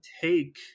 take